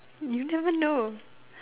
you never know